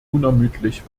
unermüdlich